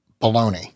baloney